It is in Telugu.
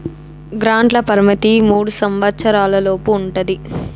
గ్రాంట్ల పరిమితి మూడు సంవచ్చరాల లోపు ఉంటది